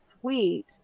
sweet